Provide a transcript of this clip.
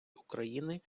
україни